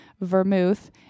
vermouth